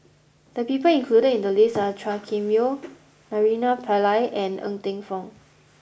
the people included in the list are Chua Kim Yeow Naraina Pillai and Ng Teng Fong